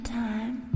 time